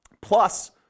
plus